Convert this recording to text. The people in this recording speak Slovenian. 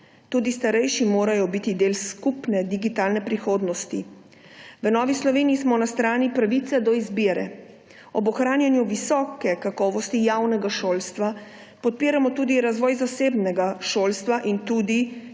Tudi starejši morajo biti del skupne digitalne prihodnosti. V Novi Sloveniji smo na strani pravice do izbire. Ob ohranjanju visoke kakovosti javnega šolstva podpiramo tudi razvoj zasebnega šolstva in tudi